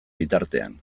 bitartean